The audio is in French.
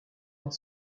dans